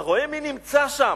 אתה רואה מי נמצא שם,